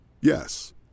Yes